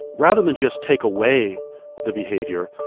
rather than just take away the behavior,